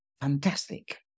fantastic